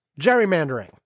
gerrymandering